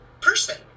person